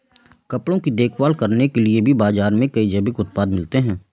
कपड़ों की देखभाल करने के लिए भी बाज़ार में कई जैविक उत्पाद मिलते हैं